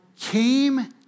came